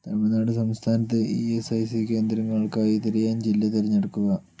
തമിഴ്നാട് സംസ്ഥാനത്ത് E S I C കേന്ദ്രങ്ങൾക്കായി തിരയാൻ ജില്ല തിരഞ്ഞെടുക്കുക